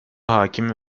hakim